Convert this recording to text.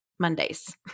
Mondays